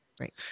right